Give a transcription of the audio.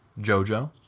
JoJo